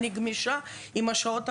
אני גמישה עם שעות העבודה.